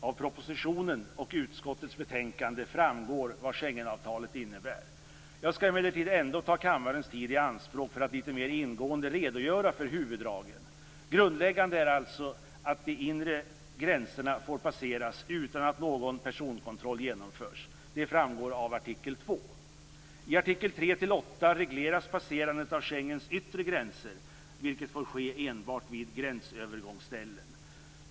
Av propositionen och utskottets betänkande framgår vad Jag skall emellertid ändå ta kammarens tid i anspråk för att litet mer ingående redogöra för huvuddragen. Grundläggande är alltså att de inre gränserna får passeras utan att någon personkontroll genomförs. Det framgår av artikel 2. I artiklarna 3-8 regleras passerandet av Schengens yttre gränser, vilket får ske enbart vid gränsövergångsställen.